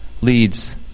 leads